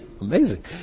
Amazing